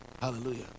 Hallelujah